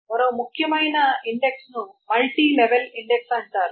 మరో ముఖ్యమైన ఇండెక్స్ ని మల్టీ లెవెల్ ఇండెక్స్ అంటారు